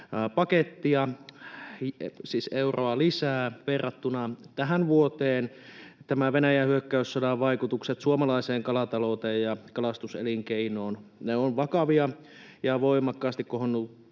puolta miljoonaa euroa lisää verrattuna tähän vuoteen. Venäjän hyökkäyssodan vaikutukset suomalaiseen kalatalouteen ja kalastuselinkeinoon ovat vakavia, ja voimakkaasti kohonneet